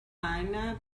einer